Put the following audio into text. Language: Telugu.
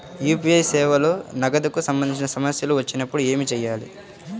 యూ.పీ.ఐ సేవలలో నగదుకు సంబంధించిన సమస్యలు వచ్చినప్పుడు ఏమి చేయాలి?